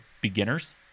beginners